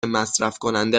مصرفکننده